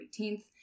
18th